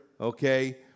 okay